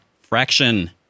fraction